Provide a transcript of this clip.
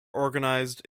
organised